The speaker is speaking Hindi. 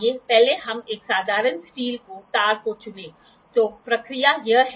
साइन सिद्धांत के आधार पर एंगलों को मापने के लिए साइन बार का उपयोग किया जाता है